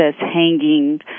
hanging